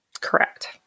correct